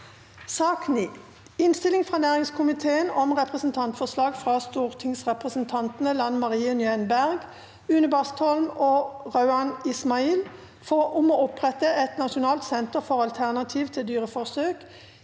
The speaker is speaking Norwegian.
Innstilling fra næringskomiteen om Representantfor- slag fra stortingsrepresentantene Lan Marie Nguyen Berg, Une Bastholm og Rauand Ismail om å opprette et nasjonalt senter for alternativer til dyreforsøk